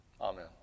Amen